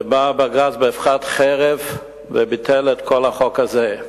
ובא בג"ץ באבחת חרב וביטל את כל החוק הזה.